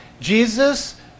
Jesus